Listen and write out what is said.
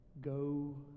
go